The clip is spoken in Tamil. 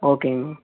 ஓகேங்கண்ணா